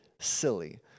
silly